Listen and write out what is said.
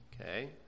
Okay